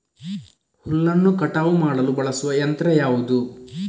ಹುಲ್ಲನ್ನು ಕಟಾವು ಮಾಡಲು ಬಳಸುವ ಯಂತ್ರ ಯಾವುದು?